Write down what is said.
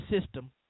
system